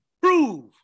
Prove